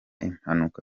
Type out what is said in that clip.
impanuka